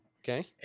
Okay